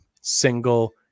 single